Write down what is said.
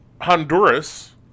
Honduras